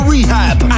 Rehab